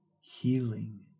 healing